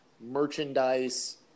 merchandise